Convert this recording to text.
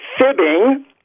fibbing